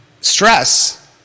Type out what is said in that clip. stress